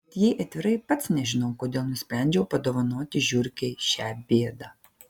bet jei atvirai pats nežinau kodėl nusprendžiau padovanoti žiurkei šią bėdą